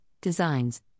designs